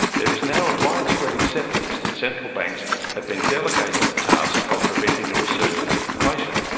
there is now widespread acceptance that central banks have been delegated the task of preventing a resurgence of inflation,